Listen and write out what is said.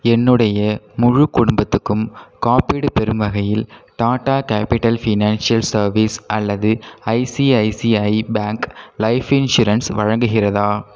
என்னுடைய முழு குடும்பத்துக்கும் காப்பீடு பெறும் வகையில் டாடா கேபிட்டல் ஃபினான்ஷியல் சர்வீஸ் அல்லது ஐசிஐசிஐ பேங்க் லைஃப் இன்ஷுரன்ஸ் வழங்குகிறதா